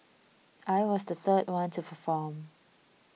I was the third one to perform